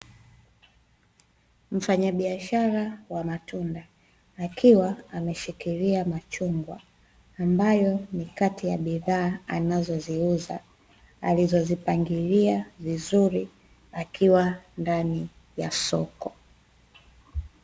Mfanyabiashara wa matunda akiwa ameshikilia machungwa, ambayo ni kati ya bidhaa anazoziuza, alizozipangilia vizuri akiwa ndani ya soko.